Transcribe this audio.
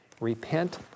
Repent